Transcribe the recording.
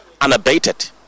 unabated